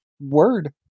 Word